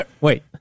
wait